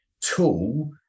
tool